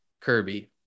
Kirby